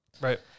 Right